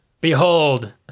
Behold